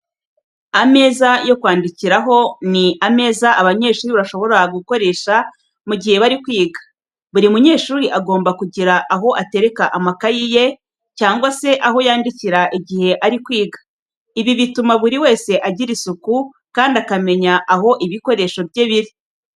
Ameza yo kwandikiraho ni ameza abanyeshuri bashobora gukoresha mu gihe bari kwiga. Buri munyeshuri agomba kugira aho atereka amakayi ye cyangwa se aho yandikira igihe ari kwiga. Ibi bituma buri wese agira isuku, kandi akamenya aho ibikoresho bye biri.